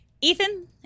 Ethan